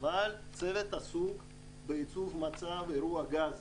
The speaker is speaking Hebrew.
אבל הצוות עסוק בייצוב מצב אירוע גז.